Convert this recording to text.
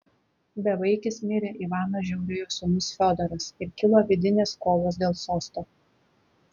bevaikis mirė ivano žiauriojo sūnus fiodoras ir kilo vidinės kovos dėl sosto